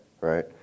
right